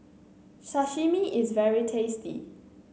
sashimi is very tasty